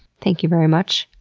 thank you very much.